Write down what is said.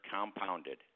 compounded